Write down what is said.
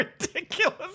ridiculous